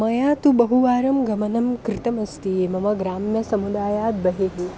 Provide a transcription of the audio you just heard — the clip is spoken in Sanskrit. मया तु बहुवारं गमनं कृतमस्ति मम ग्राम्यसमुदायाद् बहिः